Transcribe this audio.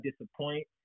disappoint